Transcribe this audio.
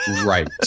Right